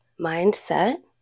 mindset